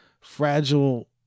fragile